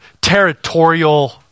territorial